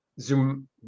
zoom